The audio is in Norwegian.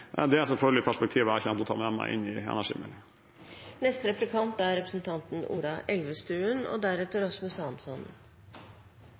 Det er selvfølgelig perspektiver jeg kommer til å ta med meg inn i